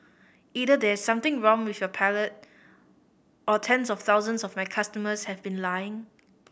either there is something wrong with your palate or tens of thousands of my customers have been lying